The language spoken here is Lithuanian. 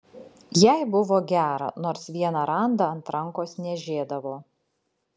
jai buvo gera nors vieną randą ant rankos niežėdavo